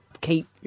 keep